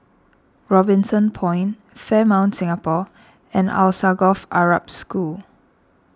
Robinson Point Fairmont Singapore and Alsagoff Arab School